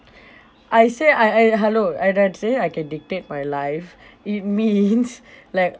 I say I I hello I say I can dictate my life it means like